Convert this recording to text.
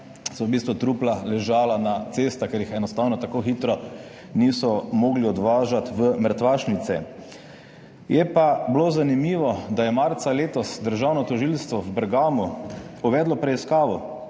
so v bistvu trupla ležala na cestah, ker jih enostavno tako hitro niso mogli odvažati v mrtvašnice. Je pa bilo zanimivo, da je marca letos državno tožilstvo v Bergamu uvedlo preiskavo.